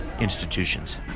institutions